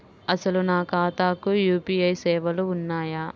అసలు నా ఖాతాకు యూ.పీ.ఐ సేవలు ఉన్నాయా?